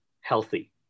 healthy